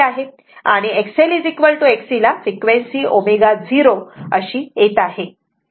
आणि XLXC ला frequency ω0 अशी येत आहे